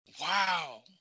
Wow